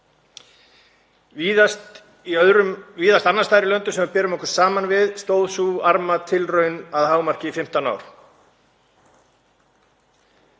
Víðast annars staðar í löndum sem við berum okkur saman við stóð sú arma tilraun að hámarki í 15 ár.